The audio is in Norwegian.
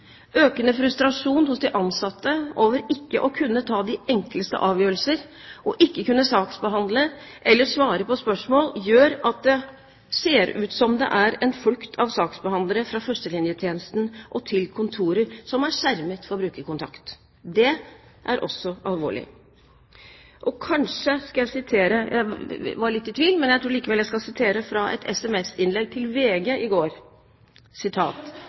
Økende frustrasjon hos de ansatte over ikke å kunne ta de enkleste avgjørelser og ikke kunne saksbehandle eller svare på spørsmål, gjør at det ser ut som om det er en flukt av saksbehandlere fra førstelinjetjenesten og til kontorer som er skjermet for brukerkontakt. Det er også alvorlig. Jeg var litt i tvil, men tror likevel jeg skal sitere fra et SMS-innlegg i VG i går